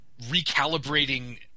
recalibrating